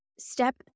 Step